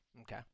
okay